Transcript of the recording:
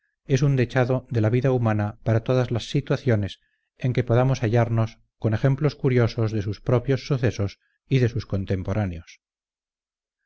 es un dechado de la vida humana para todas las situaciones en que podamos hallarnos con ejemplos curiosos de sus propios sucesos y de sus contemporáneos